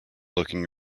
looking